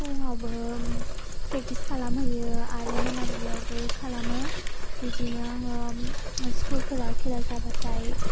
फुङावबो प्रेक्टिस खालामहैयो आरो मोनाब्लिआवबो खालामो बिदिनो आङो स्कुलफोराव खेला जाबाथाय